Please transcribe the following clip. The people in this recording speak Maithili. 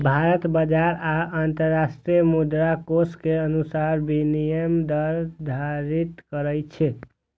भारत बाजार आ अंतरराष्ट्रीय मुद्राकोष के अनुसार विनिमय दर निर्धारित करै छै